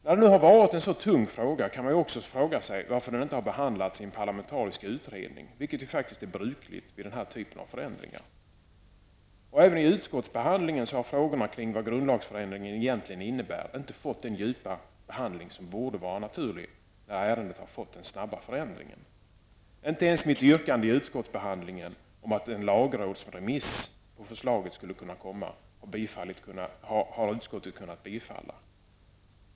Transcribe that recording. Man kan naturligtvis undra varför en så här tung fråga inte har behandlats av en parlamentarisk utredning, vilket faktiskt är brukligt vid den här typen av förändringar. Inte heller i utskottsbehandlingen har frågorna om vad en grundlagsändring egentligen innebär fått den djupa behandling som borde vara naturlig när ärendet genomgått denna snabba förändring. Inte ens mitt yrkande i utskottet om en lagrådsremiss av förslaget har utskottet kunnat tillstyrka.